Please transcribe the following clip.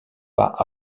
pas